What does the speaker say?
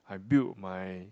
I build my